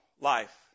life